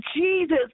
Jesus